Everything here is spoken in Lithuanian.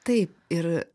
taip ir